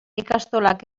ikastolak